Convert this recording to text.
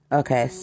okay